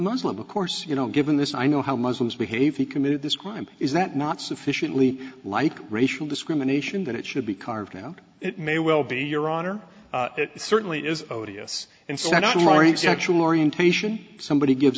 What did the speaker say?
muslim of course you know given this i know how muslims behave he committed this crime is that not sufficiently like racial discrimination that it should be carved out it may well be your honor it certainly is odious and so not right sexual orientation somebody gives